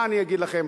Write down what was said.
מה אני אגיד לכם,